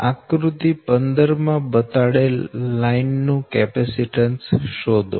આકૃતિ 15 માં બતાડેલ લાઈન નું કેપેસીટન્સ શોધો